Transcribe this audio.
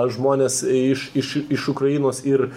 žmones iš iš iš ukrainos ir